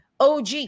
OG